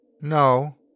No